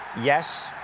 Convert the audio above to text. Yes